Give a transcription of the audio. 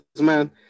man